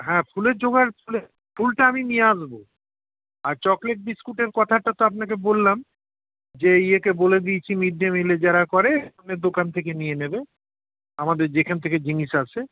হ্যাঁ ফুলের জোগাড় ফুলটা আমি নিয়ে আসবো আর চকলেট বিস্কুটের কথাটা তো আপনাকে বললাম যে ইয়েকে বলে দিয়েছি মিড ডে মিলে যারা করে দোকান থেকে নিয়ে নেবে আমাদের যেখান থেকে জিনিস আসে